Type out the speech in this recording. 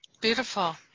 Beautiful